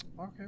Okay